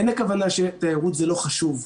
אין הכוונה שהתיירות זה לא חשוב.